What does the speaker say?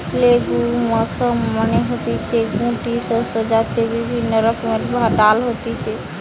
legumes মানে হতিছে গুটি শস্য যাতে বিভিন্ন রকমের ডাল হতিছে